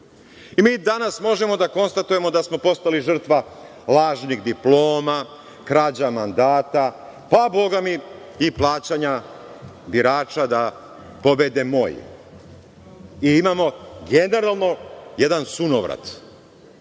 zna. Mi danas možemo da konstatujemo da smo postali žrtva lažnih diploma, krađa mandata, pa bogami, i plaćanja birača da pobede moji. I imamo generalno jedan sunovrat. Kako